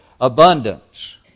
abundance